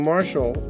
Marshall